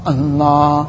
Allah